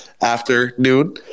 afternoon